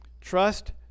Trust